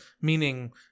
meaning